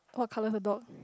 what color her dog